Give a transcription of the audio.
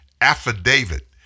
affidavit